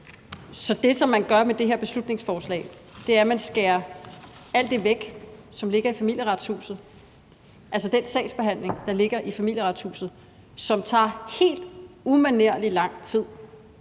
Så det, som man gør med det her beslutningsforslag, er, at man skærer alt det væk, som ligger i Familieretshuset, altså den sagsbehandling, der ligger i Familieretshuset, som tager helt umanerlig lang tid,